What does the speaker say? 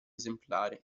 esemplare